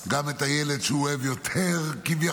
גם של הילד שהוא אוהב יותר כביכול,